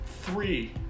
three